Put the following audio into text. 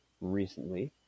recently